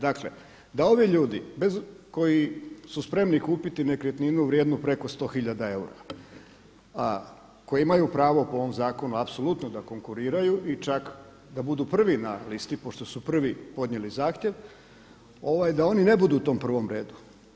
Dakle, da ovi ljudi koji su spremni kupiti nekretninu vrijednu preko 100 hiljada eura a koji imaju pravo po ovom zakonu apsolutno da konkuriraju i čak da budu prvi na listi pošto su prvi podnijeli zahtjev da oni ne budu u tom prvom redu.